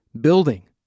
building